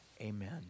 Amen